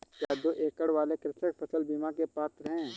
क्या दो एकड़ वाले कृषक फसल बीमा के पात्र हैं?